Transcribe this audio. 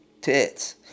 tits